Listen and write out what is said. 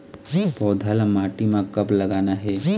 पौधा ला माटी म कब लगाना हे?